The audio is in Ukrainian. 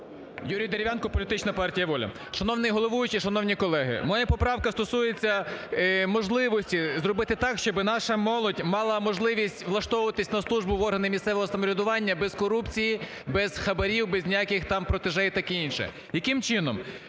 Юрій Дерев'янко, політична партія "Воля", Шановний головуючий, шановні колеги, моя поправка стосується можливості зробити так, щоб наша молодь мала можливість влаштовуватись на службу в органи місцевого самоврядування без корупції, без хабарів, без ніяких там протеже і таке інше. Яким чином?